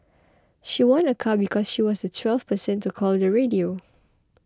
she won a car because she was the twelfth person to call the radio